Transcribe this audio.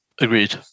Agreed